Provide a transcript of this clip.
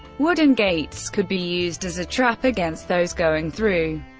wooden gates could be used as a trap against those going through.